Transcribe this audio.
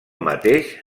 mateix